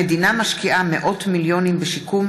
המדינה משקיעה מאות מיליונים בשיקום